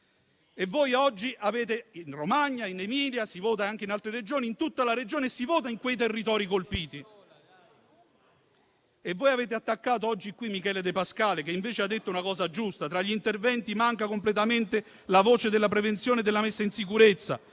poco si vota in Emilia-Romagna e anche in altre Regioni. Si vota in quei territori colpiti, e voi avete attaccato oggi qui Michele De Pascale, che invece ha detto una cosa giusta: tra gli interventi manca completamente la voce della prevenzione e della messa in sicurezza.